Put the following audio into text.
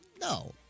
No